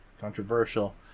controversial